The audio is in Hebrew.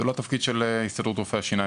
זה לא תפקיד של הסתדרות רופאי השיניים.